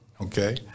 Okay